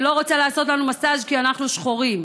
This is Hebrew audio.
היא לא רוצה לעשות לנו מסאז' כי אנחנו שחורים.